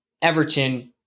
Everton